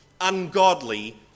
ungodly